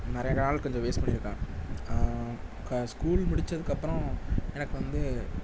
நிறைய நாள் கொஞ்சம் வேஸ்ட் பண்ணிருக்கேன் ஸ்கூல் முடிச்சதுக்கப்றம் எனக்கு வந்து